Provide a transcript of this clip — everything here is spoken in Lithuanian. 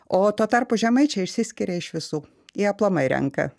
o tuo tarpu žemaičiai išsiskiria iš visų jie aplamai renka